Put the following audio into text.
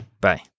Bye